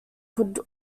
could